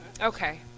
Okay